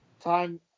time